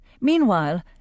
Meanwhile